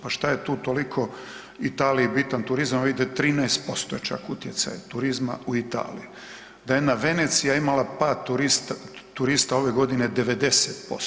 Pa šta je tu toliko Italiji bitan turizam, a vidite 13% čak je utjecaj turizma u Italiji, da je jedna Venecija imala pad turista ove godine 90%